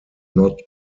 not